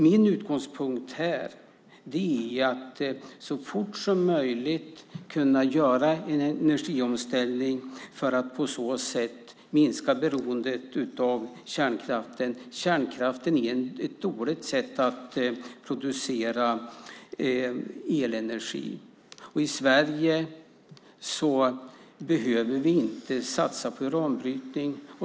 Min utgångspunkt är att så fort som möjligt kunna göra en energiomställning för att på så sätt minska beroendet av kärnkraften. Kärnkraften är ett dåligt sätt att producera elenergi. I Sverige behöver vi inte satsa på uranbrytning.